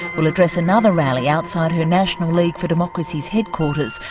will address another rally, outside her national league for democracy's headquarters,